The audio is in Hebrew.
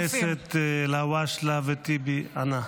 חברי הכנסת אלהואשלה וטיבי, אנא.